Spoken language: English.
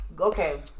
Okay